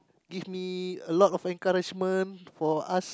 give me a lot of encouragement for us